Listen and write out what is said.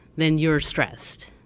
then you're stressed,